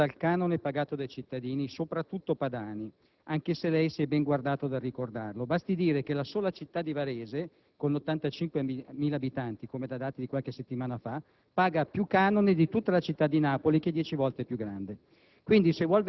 mantenuto dal canone pagato dai cittadini, soprattutto padani, anche se lei si è ben guardato dal ricordarlo. Basti dire che la sola città di Varese, con 85.000 abitanti (come attestano dati di qualche settimana fa), paga più canone di tutta la città di Napoli, che è dieci volte più grande.